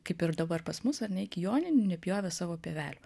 kaip ir dabar pas mus ar ne iki joninių nepjovė savo pievelių